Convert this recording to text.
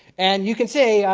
and you can see,